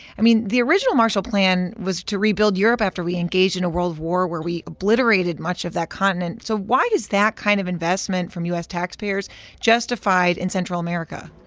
i mean, the original marshall plan was to rebuild europe after we engaged in a world war where we obliterated much of that continent. so why is that kind of investment from u s. taxpayers justified in central america?